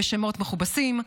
בשמות מכובסים,